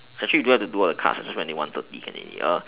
actually we don't have to do all the cards just do until one thirty can already